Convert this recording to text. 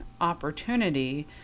opportunity